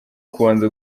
kubanza